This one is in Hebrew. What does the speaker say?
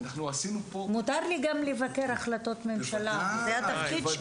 מותר לי גם לבקר החלטות ממשלה, זה התפקיד שלי.